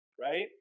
right